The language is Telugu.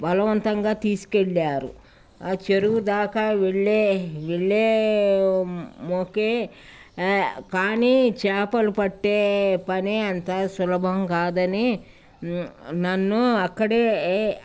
బలవంతంగా తీసుకెళ్ళారు ఆ చెరువు దాకా వెళ్ళే వెళ్ళే మకే కానీ చేపలు పట్టే పని అంత సులభం కాదని నన్ను అక్కడే